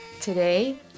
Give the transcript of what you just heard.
Today